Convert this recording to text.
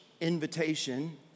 invitation